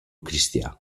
cristià